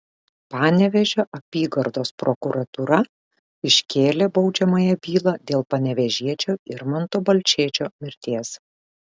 panevėžio apygardos prokuratūra iškėlė baudžiamąją bylą dėl panevėžiečio irmanto balčėčio mirties